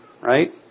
right